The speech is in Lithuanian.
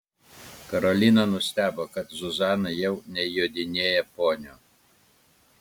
karolina nustebo kad zuzana jau nejodinėja poniu